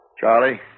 Charlie